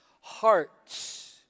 hearts